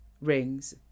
Rings